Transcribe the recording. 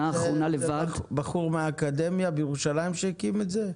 בחור מהאקדמיה בירושלים הקים את זה?